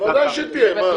ודאי שתהיה.